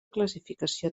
classificació